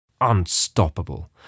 unstoppable